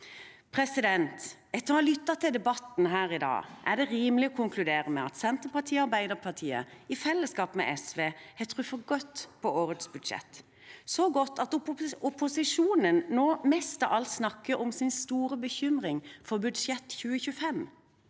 nye linje. Etter å ha lyttet til debatten her i dag er det rimelig å konkludere med at Senterpartiet og Arbeiderpartiet, i fellesskap med SV, har truffet godt med årets budsjett – så godt at opposisjonen nå mest av alt snakker om sin store bekymring for budsjettet i 2025.